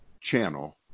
channel